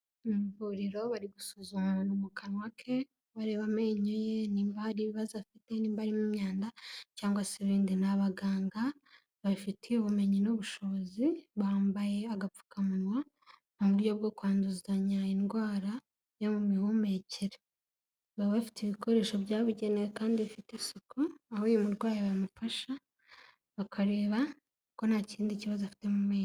Mu ivuriro bari gusuzuma umuntu mu kanwa ke, bareba amenyo ye nimba hari ibibazo afite, nimba harimo imyanda, cyangwa se ibindi. Ni abaganga babifitiye ubumenyi n'ubushobozi, bambaye agapfukamunwa, mu buryo bwo kwanduzanya indwara, yo mu mihumekerero. Baba bafite ibikoresho byabugenewe kandi bifite isuku, aho uyu murwayi bamufasha, bakareba ko nta kindi kibazo afite mu menyo.